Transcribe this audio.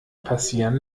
passieren